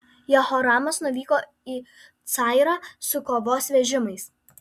jehoramas nuvyko į cayrą su kovos vežimais